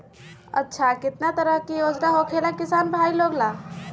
अच्छा कितना तरह के योजना होखेला किसान भाई लोग ला?